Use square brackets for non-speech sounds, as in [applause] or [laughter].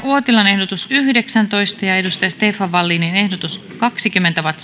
uotilan ehdotus yhdeksäntoista ja stefan wallinin ehdotus kaksikymmentä ovat [unintelligible]